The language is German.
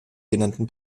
genannten